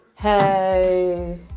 Hey